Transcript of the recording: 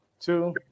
Two